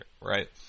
right